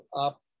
up